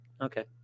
okay